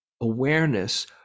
awareness